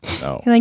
no